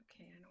okay